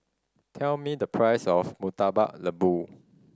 tell me the price of Murtabak Lembu